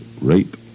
Rape